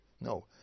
No